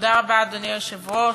אדוני היושב-ראש,